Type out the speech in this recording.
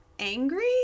Angry